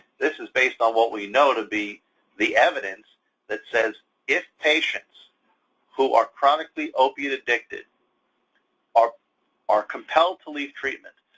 this is based on what we know to be the evidence that says if patients who are chronically opiate addicted are are compelled to leave treatment,